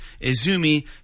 Izumi